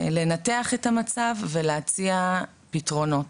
לנתח את המצב ולהציע פתרונות.